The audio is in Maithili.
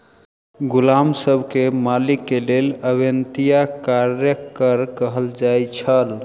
गुलाम सब के मालिक के लेल अवेत्निया कार्यक कर कहल जाइ छल